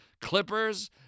Clippers